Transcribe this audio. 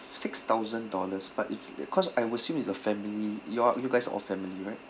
six thousand dollars but if cause I'd assume is a family you all you guys all family right